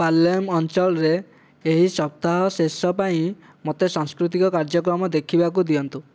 Palermo ଅଞ୍ଚଳରେ ଏହି ସପ୍ତାହ ଶେଷ ପାଇଁ ମୋତେ ସାଂସ୍କୃତିକ କାର୍ଯ୍ୟକ୍ରମ ଦେଖିବାକୁ ଦିଅନ୍ତୁ